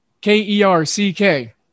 k-e-r-c-k